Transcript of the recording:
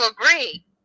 agree